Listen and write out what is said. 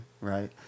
right